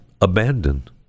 abandoned